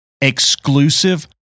exclusive